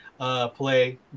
play